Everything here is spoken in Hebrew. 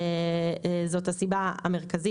זאת הסיבה המרכזית,